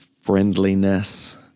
friendliness